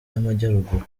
y’amajyaruguru